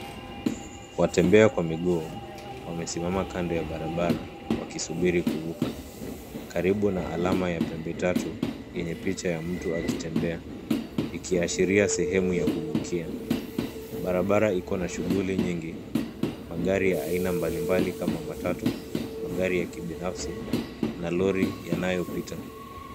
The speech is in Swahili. Watembea kwa miguu, wamesimama kando ya barabara, wakisubiri kuvuka. Karibu na alama ya pembe tatu, yenye picha ya mtu akitembea, ikiashiria sehemu ya kuvukia. Barabara ikona shughuli nyingi, magari ya aina mbalimbali kama matatu, magari ya kibinafsi, na lori yanayo pita.